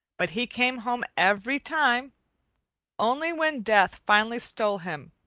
but he came home every time only when death finally stole him,